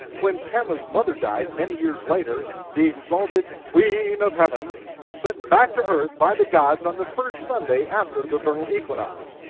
when tammuz mother died many years later, the exalted queen of heaven was sent back to earth by the gods on the first sunday after the vernal equinox.